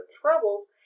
troubles